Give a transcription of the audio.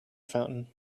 fountain